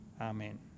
Amen